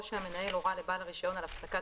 או שהמנהל הורה לבעל הרישיון על הפסקת